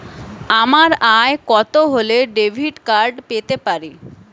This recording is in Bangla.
আমার আয় কত হলে ডেবিট কার্ড পেতে পারি?